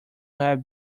have